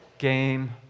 game